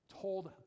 told